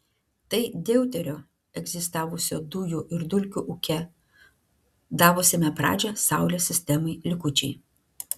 tai deuterio egzistavusio dujų ir dulkių ūke davusiame pradžią saulės sistemai likučiai